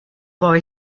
boy